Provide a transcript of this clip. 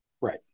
Right